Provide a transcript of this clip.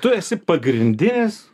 tu esi pagrindinis